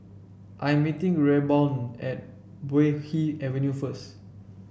I am meeting Rayburn at Puay Hee Avenue first